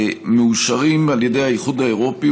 מאושרים על ידי האיחוד האירופי,